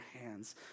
hands